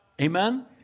Amen